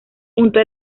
junto